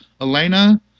Elena